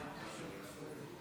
היום אושר ביטול עילת הסבירות.